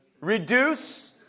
Reduce